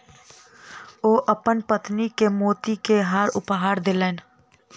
ओ अपन पत्नी के मोती के हार उपहार देलैन